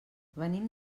venim